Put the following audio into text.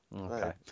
Okay